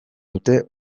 dute